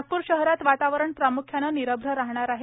नागपूर शहरात वातावरण प्राम्ख्याने निरश्र राहणार आहे